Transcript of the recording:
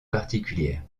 particulière